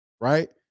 right